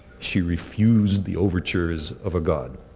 she refused the overtures of a god.